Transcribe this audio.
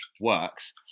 works